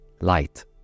light